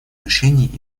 решений